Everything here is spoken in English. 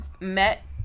met